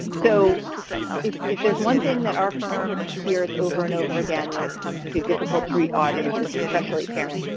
so if if there's one thing that our firm hears over and over again when it comes to difficult to reach audiences especially parents